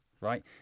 right